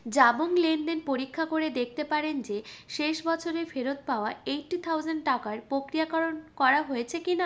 জাবং লেনদেন পরীক্ষা করে দেখতে পারেন যে শেষ বছরে ফেরত পাওয়া এইটি থৌসান্ড টাকার প্রক্রিয়াকরণ করা হয়েছে কিনা